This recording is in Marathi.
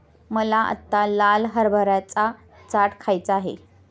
मला आत्ता लाल हरभऱ्याचा चाट खायचा आहे